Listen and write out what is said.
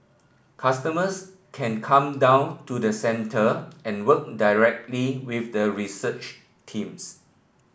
customers can come down to the centre and work directly with the research teams